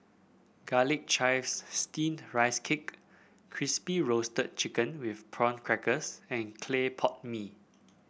Garlic Chives Steamed Rice Cake Crispy Roasted Chicken with Prawn Crackers and Clay Pot Mee